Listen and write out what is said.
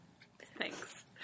Thanks